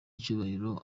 icyubahiro